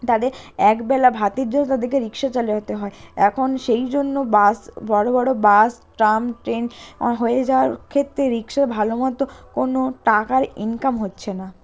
তাদের এক বেলা ভাতের জন্য তাদেরকে রিক্সা চালাতে হয় এখন সেই জন্য বাস বড় বড় বাস ট্রাম ট্রেন হয়ে যাওয়ার ক্ষেত্রে রিক্সার ভালোমতো কোনো টাকার ইনকাম হচ্ছে না